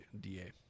DA